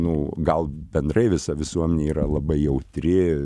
nu gal bendrai visa visuomenė yra labai jautri